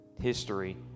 history